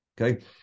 Okay